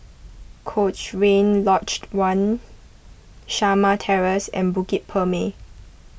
Cochrane Lodge one Shamah Terrace and Bukit Purmei